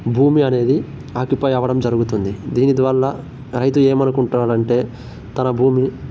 భూమి అనేది ఆక్యుపై అవడం జరుగుతుంది దీనివల్ల రైతు ఏమనుకుంటాడంటే తన భూమి